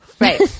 right